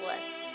lists